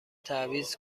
تعویض